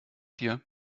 dir